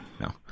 No